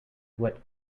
what